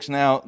now